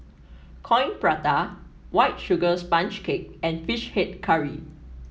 Coin Prata White Sugar Sponge Cake and fish head curry